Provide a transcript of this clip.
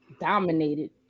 dominated